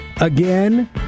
again